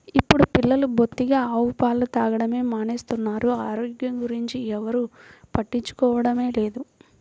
ఇప్పుడు పిల్లలు బొత్తిగా ఆవు పాలు తాగడమే మానేస్తున్నారు, ఆరోగ్యం గురించి ఎవ్వరు పట్టించుకోవడమే లేదు